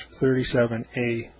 37A